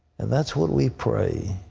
and that's what we pray,